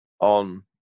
on